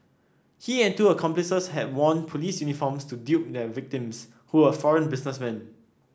he and two accomplices had worn police uniforms to dupe their victims who were foreign businessmen